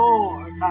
Lord